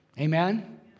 Amen